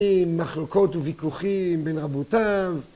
מחלוקות וויכוחים בין רבותיו